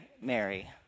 Mary